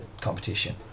competition